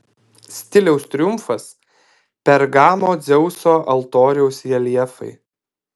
stiliaus triumfas pergamo dzeuso altoriaus reljefai